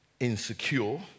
Insecure